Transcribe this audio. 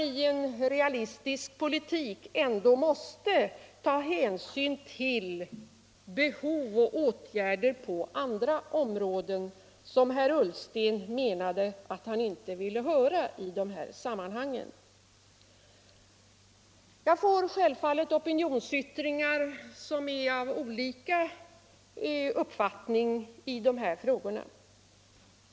I en realistisk politik måste man ändå ta hänsyn också till behov och åtgärder på andra områden, även om herr Ullsten inte ville höra talas om det i dessa sammanhang. Jag får självfallet del av opinionsyttringar som ger uttryck för olika uppfattningar i dessa frågor.